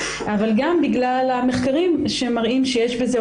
אבל גם בגלל המחקרים שמראים שיש בזה או